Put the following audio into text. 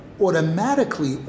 automatically